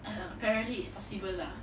err hmm apparently it's possible lah